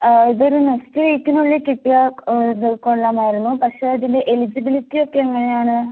ആ ഇതൊരു നെക്സ്റ്റ് വീക്കിനുള്ളീൽ കിട്ടിയാൽ ഇത് കൊള്ളാമായിരുന്നു പക്ഷേ ഇതിൽ എലിജിബിലിറ്റിയൊക്കെ എങ്ങനെയാണ്